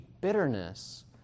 bitterness